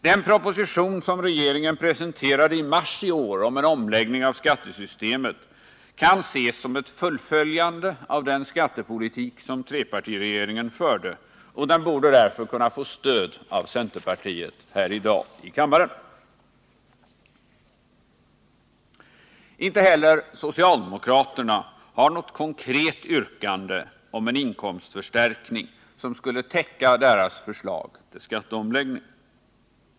Den proposition som regeringen presenterade i mars i år om en omläggning av skattesystemet kan ses som ett fullföljande av den skattepolitik som trepartiregeringen förde, och den borde därför i dag kunna få stöd av centerpartiet. Inte heller socialdemokraterna har något konkret yttrande om en inkomstförstärkning, som skulle täcka deras förslag till skatteomläggning.